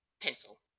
pencil